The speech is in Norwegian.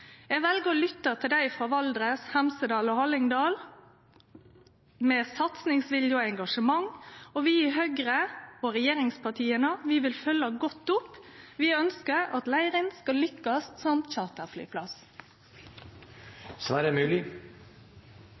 Eg vel å lytte til dei frå Valdres, Hemsedal og Hallingdal – med satsingsvilje og engasjement – og vi i Høgre, og regjeringspartia, vi vil følgje godt opp. Vi ønskjer at Leirin skal lykkast som